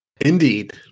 Indeed